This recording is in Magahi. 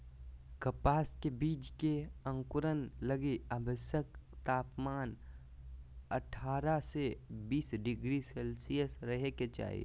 कपास के बीज के अंकुरण लगी आवश्यक तापमान अठारह से बीस डिग्री सेल्शियस रहे के चाही